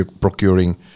procuring